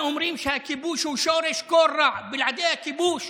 השר אליהו וחבר הכנסת אחמד טיבי, חרגנו בשתי דקות.